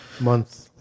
month